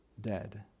dead